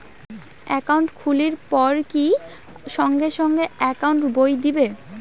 Account খুলির পর কি সঙ্গে সঙ্গে একাউন্ট বই দিবে?